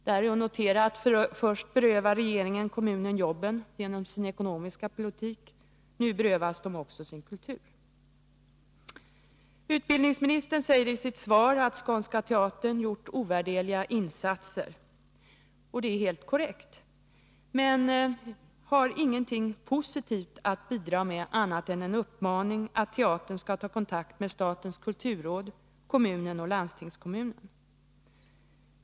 Det är att notera att först berövar regeringen kommunen jobben genom sin ekonomiska politik. Nu berövas människorna också sin kultur. Utbildningsministern säger i sitt svar att Skånska Teatern gjort ovärderliga insatser, och det är helt korrekt. Men han har ingenting positivt att bidra med annat än en uppmaning till teatern att ta kontakt med statens kulturråd, kommunen och landstingskommunen.